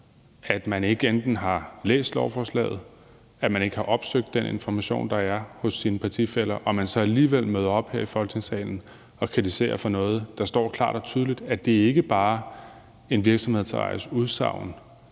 at man enten ikke har læst lovforslaget, eller at man ikke har opsøgt den information, der er hos sine partifæller, og så møder man alligevel op her i Folketingssalen og kritiserer folk for noget, der står klart og tydeligt. Det er ikke bare en virksomhedsejers udsagn,